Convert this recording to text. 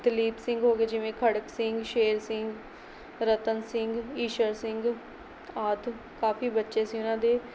ਦਲੀਪ ਸਿੰਘ ਹੋ ਗਏ ਜਿਵੇਂ ਖੜਕ ਸਿੰਘ ਸ਼ੇਰ ਸਿੰਘ ਰਤਨ ਸਿੰਘ ਈਸ਼ਰ ਸਿੰਘ ਆਦਿ ਕਾਫ਼ੀ ਬੱਚੇ ਸੀ ਉਹਨਾਂ ਦੇ